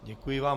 Děkuji vám.